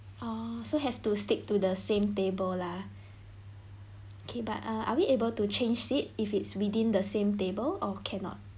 oh so have to stick to the same table lah okay but uh are we able to change seat if it's within the same table or cannot